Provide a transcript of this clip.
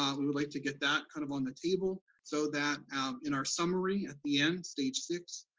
um we would like to get that kind of on the table so that in our summary at the end, stage six,